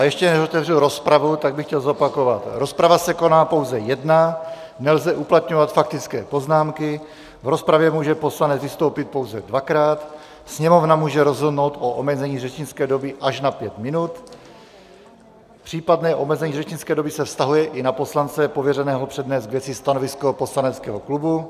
Ještě než otevřu rozpravu, tak bych chtěl zopakovat: rozprava se koná pouze jedna, nelze uplatňovat faktické poznámky, v rozpravě může poslanec vystoupit pouze dvakrát, Sněmovna může rozhodnout o omezení řečnické doby až na pět minut, případné omezení řečnické doby se vztahuje i na poslance pověřeného přednést k věci stanovisko poslaneckého klubu.